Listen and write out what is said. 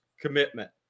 commitment